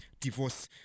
divorce